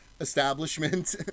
establishment